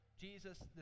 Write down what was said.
Jesus